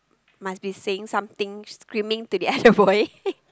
must be saying something screaming to the other boy